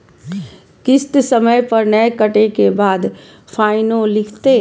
किस्त समय पर नय कटै के बाद फाइनो लिखते?